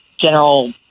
general